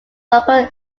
local